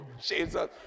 Jesus